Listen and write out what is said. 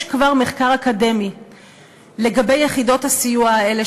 יש כבר מחקר אקדמי לגבי יחידות הסיוע האלה